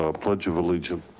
ah pledge of allegiance.